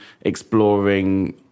exploring